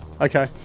Okay